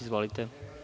Izvolite.